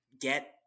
get